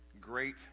great